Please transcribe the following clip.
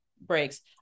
breaks